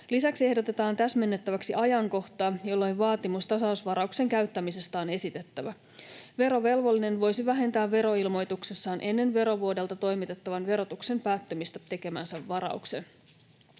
Lisäksi ehdotetaan täsmennettäväksi ajankohtaa, jolloin vaatimus tasausvarauksen käyttämisestä on esitettävä. Verovelvollinen voisi vähentää veroilmoituksessaan ennen verovuodelta toimitettavan verotuksen päättymistä tekemänsä varauksen.